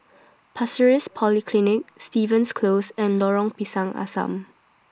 Pasir Ris Polyclinic Stevens Close and Lorong Pisang Asam